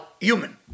human